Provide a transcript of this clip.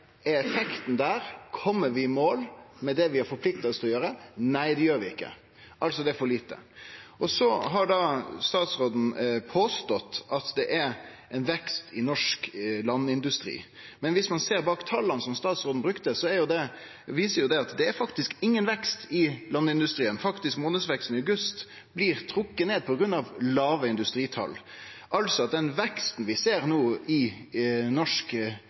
effekten der? Kjem vi i mål med det vi har forplikta oss til å gjere? Nei, det gjer vi ikkje. Altså er det for lite. Så har statsråden påstått at det er vekst i norsk landindustri. Men dersom ein ser bak tala som statsråden brukte, ser ein at det er faktisk ingen vekst i landindustrien. Faktisk månadsvekst i august blir trekt ned på grunn av låge industrital, den veksten vi ser no i norsk,